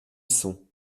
sont